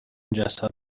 جسد